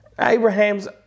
Abraham's